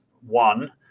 one